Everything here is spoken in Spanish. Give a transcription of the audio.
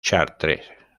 chartres